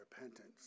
repentance